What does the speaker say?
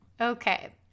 okay